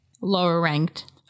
lower-ranked